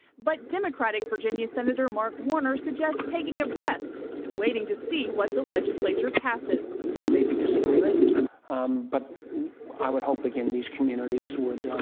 but democratic virginia senator mark warner suggests taking a breath and waiting to see what the legislature passes. there may be disagreement but i would hope these communities would